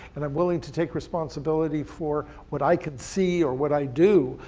and i'm willing to take responsibility for what i can see or what i do,